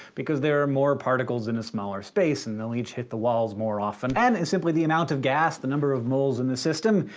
because there are more particles in a smaller space, and they'll each hit the walls more often. n is simply the amount of gas, the number of moles in the system.